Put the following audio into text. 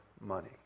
money